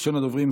ראשון הדוברים,